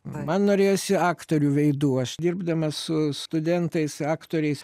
man norėjosi aktorių veidų aš dirbdamas su studentais aktoriais